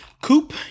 coupe